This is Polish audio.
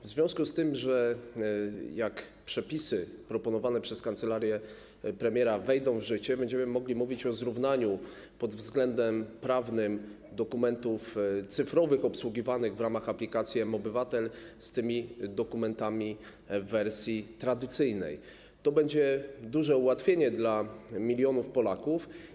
W związku z tym, że jak przepisy proponowane przez kancelarię premiera wejdą w życie, będziemy mogli mówić o zrównaniu pod względem prawnym dokumentów cyfrowych obsługiwanych w ramach aplikacji mObywatel z tymi dokumentami w wersji tradycyjnej, to będzie to duże ułatwienie dla milionów Polaków.